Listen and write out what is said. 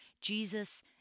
Jesus